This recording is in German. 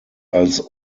als